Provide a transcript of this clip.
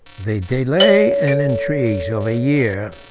the delay and intrigues of a year,